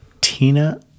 tina